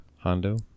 Hondo